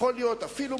אפילו,